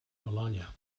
bologna